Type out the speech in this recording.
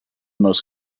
most